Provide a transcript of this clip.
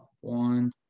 one